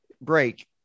break